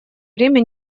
время